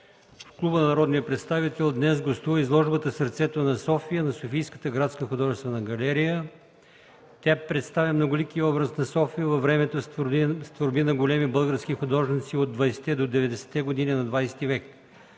В Клуба на народния представител днес гостува изложбата „Сърцето на София” на Софийската градска художествена галерия. Тя представя многоликия образ на София във времето с творби на големи български художници от 20-те до 90-те години на XX век.